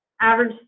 average